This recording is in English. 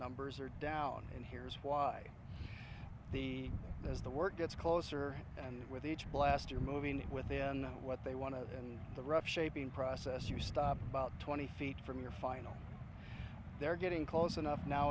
numbers are down and here's why the as the work gets closer and with each blaster moving within what they want to and the rough shaping process you stop about twenty feet from your final they're getting close enough now